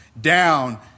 down